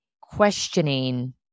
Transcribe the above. questioning